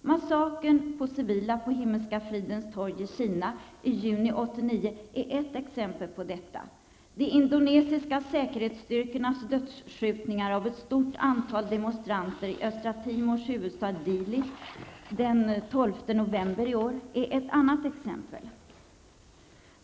Massakern på civila på Himmelska fridens torg i Kina i juni 1989 är ett exempel på detta. De indonesiska säkerhetsstyrkornas dödsskjutningar av ett stort antal demonstranter i östra Timors huvudstad Dili den 12 november i år är ett annat exempel.